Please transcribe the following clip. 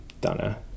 Donna